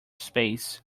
space